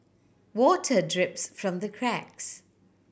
water drips from the cracks